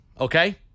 okay